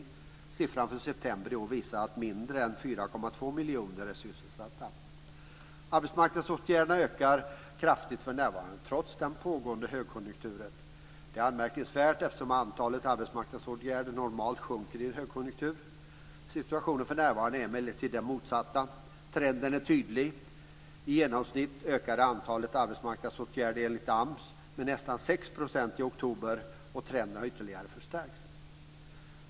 Siffran för september i år visar att mindre än 4,2 miljoner är sysselsatta. Arbetsmarknadsåtgärderna ökar kraftigt för närvarande, trots den pågående högkonjunkturen. Det är anmärkningsvärt, eftersom antalet arbetsmarknadsåtgärder normalt sjunker i en högkonjunktur. Situationen för närvarande är emellertid den motsatta. Trenden är tydlig. I genomsnitt ökade antalet arbetsmarknadsåtgärder enligt AMS med nästan 6 % i oktober, och trenden har ytterligare förstärkts.